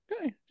Okay